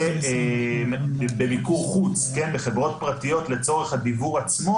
בין במיקור חוץ בחברות פרטיות לצורך הדיוור עצמו,